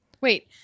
Wait